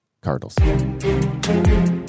Cardinals